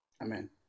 Amen